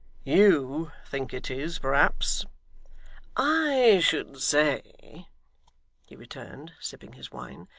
you think it is, perhaps i should say he returned, sipping his wine,